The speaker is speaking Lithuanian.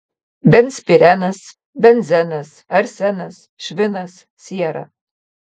benzpirenas benzenas arsenas švinas siera